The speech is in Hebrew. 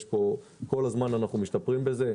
כל הזמן אנחנו משתפרים בזה.